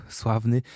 sławny